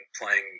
playing